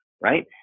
right